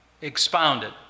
expounded